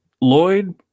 Lloyd